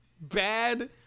bad